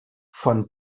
von